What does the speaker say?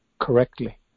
correctly